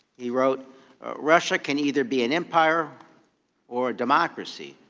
he wrote russia can either be an empire or a democracy.